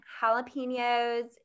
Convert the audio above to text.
jalapenos